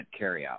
carryout